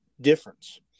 difference